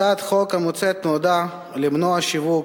הצעת החוק המוצעת נועדה למנוע שיווק,